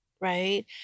right